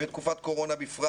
ולתקופת קורונה בפרט